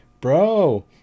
bro